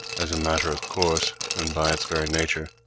as a matter of course, and by its very nature,